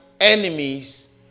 enemies